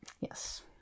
Yes